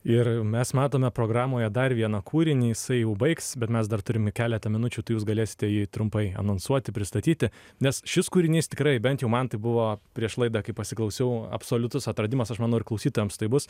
ir mes matome programoje dar vieną kūrinį jisai jau baigs bet mes dar turime keletą minučių tai jūs galėsite jį trumpai anonsuoti pristatyti nes šis kūrinys tikrai bent jau man tai buvo prieš laidą kai pasiklausiau absoliutus atradimas aš manau ir klausytojams tai bus